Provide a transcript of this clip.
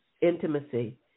intimacy